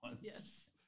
Yes